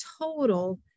total